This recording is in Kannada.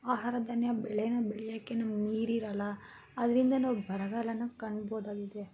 ಆಹಾರ ಧಾನ್ಯ ಬೆಳೆನ ಬೆಳ್ಯೋಕ್ಕೆ ನಮ್ಗೆ ನೀರಿರಲ್ಲ ಆದ್ದರಿಂದ ನಾವು ಬರಗಾಲನ ಕಾಣ್ಬೊದಾಗಿದೆ